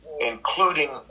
Including